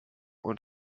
und